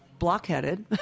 blockheaded